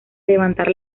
levantar